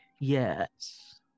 yes